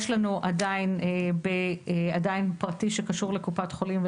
יש לנו עדיין בפרטי שקשור לקופת חולים,